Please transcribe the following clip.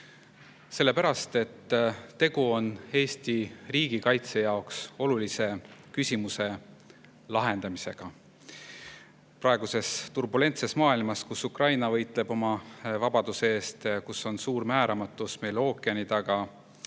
kõnetoolis, sest tegu on Eesti riigikaitse jaoks olulise küsimuse lahendamisega. Praeguses turbulentses maailmas, kus Ukraina võitleb oma vabaduse eest ja kus on suur määramatus ookeani taga,